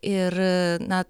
ir na